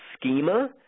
schema